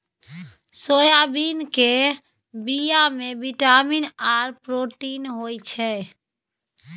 soybean केर बीया मे बिटामिन आर प्रोटीन होई छै